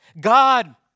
God